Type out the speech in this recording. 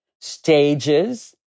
stages